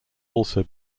also